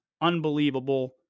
unbelievable